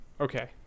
Okay